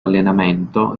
allenamento